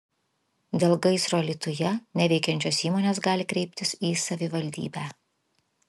dėl gaisro alytuje neveikiančios įmonės gali kreiptis į savivaldybę